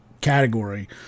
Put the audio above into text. category